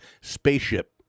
Spaceship